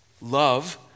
Love